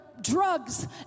drugs